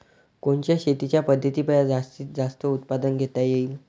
कोनच्या शेतीच्या पद्धतीपायी जास्तीत जास्त उत्पादन घेता येईल?